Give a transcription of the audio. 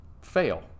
fail